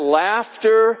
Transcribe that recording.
laughter